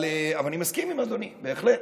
אבל אני מסכים עם אדוני, בהחלט.